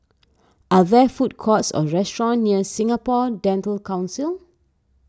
are there food courts or restaurants near Singapore Dental Council